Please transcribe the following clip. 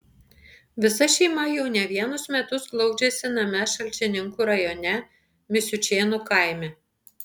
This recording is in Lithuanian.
visa šeima jau ne vienus metus glaudžiasi name šalčininkų rajone misiučėnų kaime